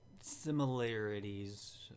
similarities